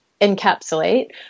encapsulate